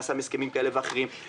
נעשה מהסכמים כאלה ואחרים,